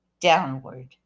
downward